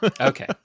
Okay